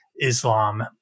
Islam